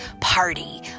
party